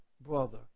brother